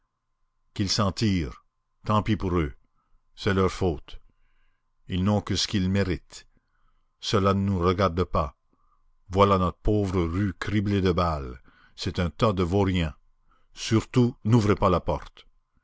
qu'ils s'en tirent tant pis pour eux c'est leur faute ils n'ont que ce qu'ils méritent cela ne nous regarde pas voilà notre pauvre rue criblée de balles c'est un tas de vauriens surtout n'ouvrez pas la porte